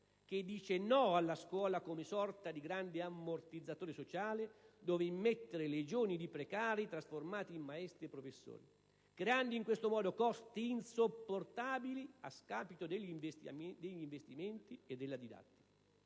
che dice no a una scuola intesa come una sorta di grande ammortizzatore sociale in cui immettere legioni di precari trasformati in maestri e professori, creando in questo modo costi insopportabili a scapito degli investimenti e della didattica.